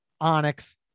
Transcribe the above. Onyx